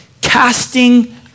casting